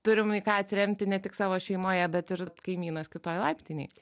turim į ką atsiremti ne tik savo šeimoje bet ir kaimynas kitoj laiptinėj